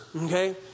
okay